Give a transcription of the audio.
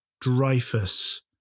Dreyfus